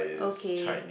okay